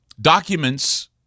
Documents